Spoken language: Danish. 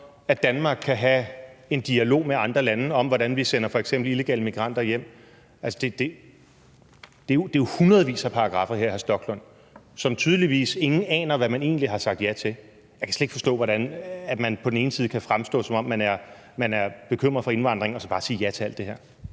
at Danmark kan have en dialog med andre lande om, hvordan vi sender f.eks. illegale migranter hjem? Altså, der er jo hundredvis af paragraffer her, hr. Rasmus Stoklund, og ingen aner tydeligvis, hvad man egentlig har sagt ja til. Jeg kan slet ikke forstå, hvordan man kan fremstå, som om man er bekymret for indvandring, og så bare sige ja til alt det her.